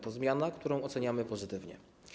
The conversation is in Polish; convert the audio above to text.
To zmiana, którą oceniamy pozytywnie.